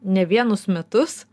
ne vienus metus